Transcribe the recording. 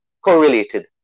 correlated